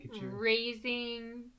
raising